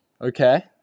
Okay